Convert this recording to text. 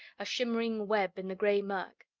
a shimmering web in the gray murk.